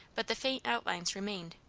but the faint outlines remained,